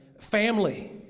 family